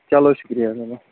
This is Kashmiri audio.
چلو شُکریہ